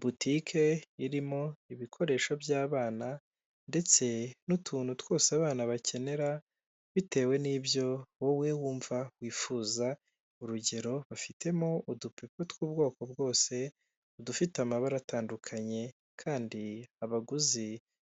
Butike irimo ibikoresho by'abana ndetse n'utuntu twose abana bakenera bitewe n'ibyo wowe wumva wifuza urugero, bafitemo udupupe tw'ubwoko bwose, udufite amabara atandukanye kandi abaguzi